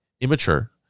immature